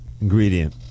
ingredient